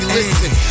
Listen